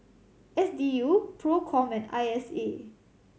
S D U Procom and I S A